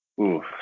oof